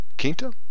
Quinta